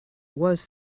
was